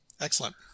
Excellent